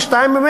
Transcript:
שוב פי-שניים,